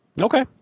Okay